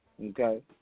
Okay